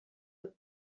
aux